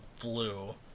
blue